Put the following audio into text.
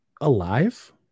alive